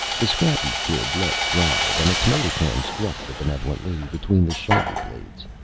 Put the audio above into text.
the scrappy kid let drive, and the tomato can struck the benevolent lady between the shoulder blades.